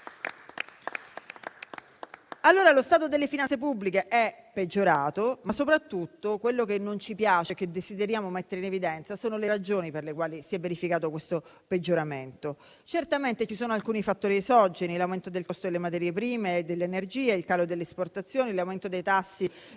Lo stato delle finanze pubbliche è peggiorato, ma soprattutto quello che non ci piace e che desideriamo mettere in evidenza sono le ragioni per le quali si è verificato questo peggioramento. Certamente ci sono alcuni fattori esogeni. L'aumento del costo delle materie prime e dell'energia, il calo delle esportazioni, l'aumento dei tassi